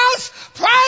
pray